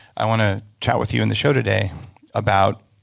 i want to chat with you in the show today about